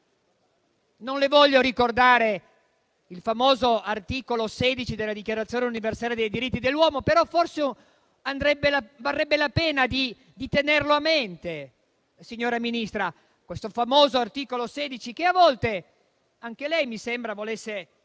Non le voglio ricordare il famoso articolo 16 della Dichiarazione dei diritti dell'uomo e del cittadino, però forse varrebbe la pena tenerlo a mente, signora Ministra. Questo famoso articolo 16, che a volte anche lei mi sembra volesse